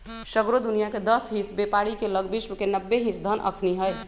सगरो दुनियाँके दस हिस बेपारी के लग विश्व के नब्बे हिस धन अखनि हई